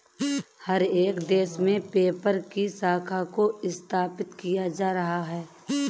हर एक देश में पेपल की शाखा को स्थापित किया जा रहा है